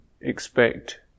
expect